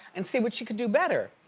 and see what she could do better.